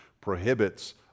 prohibits